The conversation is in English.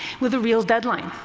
with a real deadline.